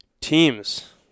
Teams